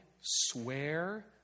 swear